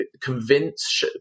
convince